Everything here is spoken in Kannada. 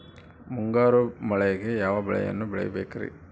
ಮುಂಗಾರು ಮಳೆಗೆ ಯಾವ ಬೆಳೆಯನ್ನು ಬೆಳಿಬೇಕ್ರಿ?